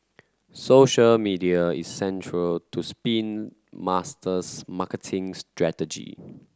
social media is central to Spin Master's marketing strategy